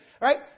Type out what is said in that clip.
Right